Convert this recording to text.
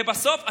ובסוף אתם,